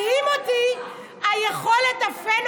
מדהימה אותי היכולת הפנומנלית,